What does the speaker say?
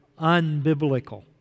unbiblical